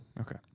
Okay